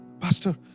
Pastor